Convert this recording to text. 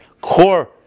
core